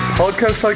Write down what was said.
podcast